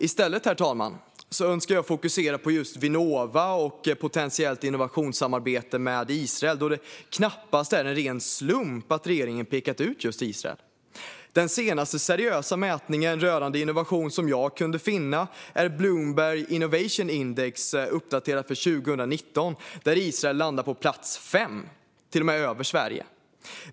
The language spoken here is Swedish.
I stället, herr talman, önskar jag fokusera på Vinnova och potentiellt innovationssamarbete med Israel, då det knappast är en ren slump att regeringen pekat ut just Israel. Den senaste seriösa mätning rörande innovation som jag kunnat finna är Bloomberg Innovation Index - som är uppdaterad 2019 - där Israel landar på plats 5, till och med före Sverige.